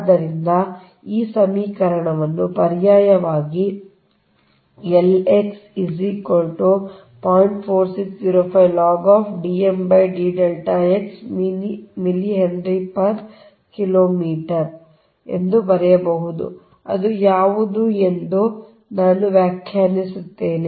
ಆದ್ದರಿಂದ ನೀವು ಈ ಸಮೀಕರಣವನ್ನು ಪರ್ಯಾಯವಾಗಿ ಎಂದು ಬರೆಯಬಹುದು ಅದು ಯಾವುದು ಎಂದು ನಾನು ವ್ಯಾಖ್ಯಾನಿಸುತ್ತೇನೆ